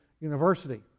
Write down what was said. University